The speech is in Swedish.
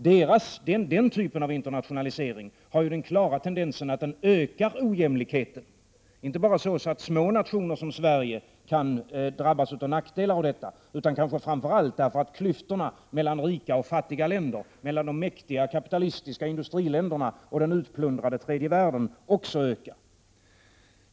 Den typen av internationalisering har den klara tendensen att den ökar ojämlikheten, inte bara så att små nationer som Sverige kan drabbas av dess nackdelar utan kanske framför allt så att klyftorna mellan de rika och de fattiga länderna och mellan de mäktiga kapitalistiska industriländerna och den utplundrade tredje världen också ökar.